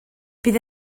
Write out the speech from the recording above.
bydd